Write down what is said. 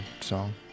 song